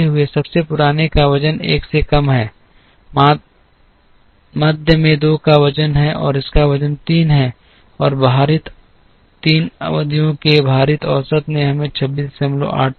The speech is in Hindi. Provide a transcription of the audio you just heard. सबसे पुराने का वजन 1 से कम है मध्य में 2 का वजन है और इसका वजन 3 है और भारित 3 अवधियों के भारित औसत ने हमें 2683 दिया